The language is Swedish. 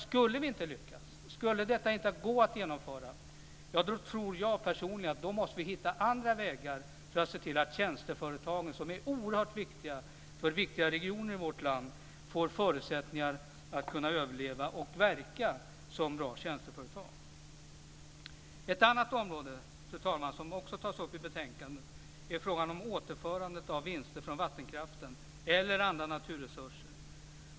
Skulle vi inte lyckas, skulle detta inte gå att genomföra, tror jag personligen att vi måste hitta andra vägar för att se till att tjänsteföretagen - som är oerhört viktiga för viktiga regioner i vårt land - får förutsättningar att kunna överleva och verka som bra tjänsteföretag. Fru talman! Ett annat område som tas upp i betänkandet är frågan om återförandet av vinster från vattenkraften eller andra naturresurser.